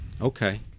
Okay